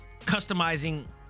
customizing